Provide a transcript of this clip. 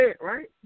right